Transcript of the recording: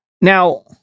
Now